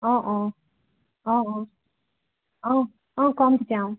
অঁ অঁ অঁ অঁ অঁ অঁ ক'ম তেতিয়া